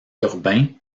urbain